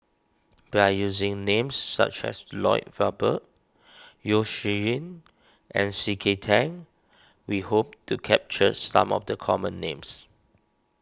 by using names such as Lloyd Valberg Yeo Shih Yun and C K Tang we hope to capture some of the common names